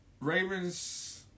Ravens